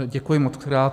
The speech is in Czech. Děkuji mockrát.